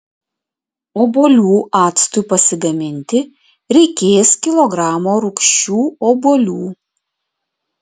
obuolių actui pasigaminti reikės kilogramo rūgščių obuolių